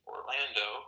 Orlando